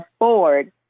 afford